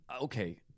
okay